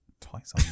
Twice